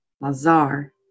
Lazar